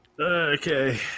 Okay